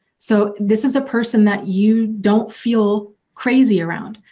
so this is a person that you don't feel crazy around,